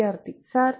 വിദ്യാർത്ഥിസർ